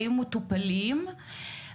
היו מטופלים,